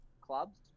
clubs